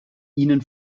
ihnen